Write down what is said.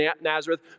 Nazareth